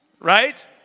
right